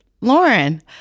Lauren